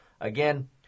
again